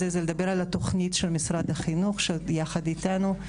לדבר על התוכנית של משרד החינוך יחד איתנו,